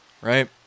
Right